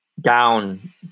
down